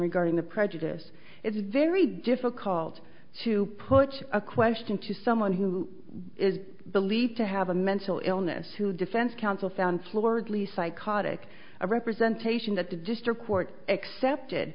regarding the prejudice it's very difficult to put a question to someone who is believed to have a mental illness who defense counsel found floridly psychotic a representation that the district court excepted